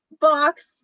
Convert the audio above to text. box